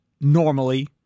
normally